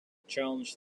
challenged